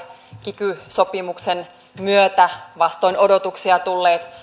kiky sopimuksen myötä vastoin odotuksia tulleet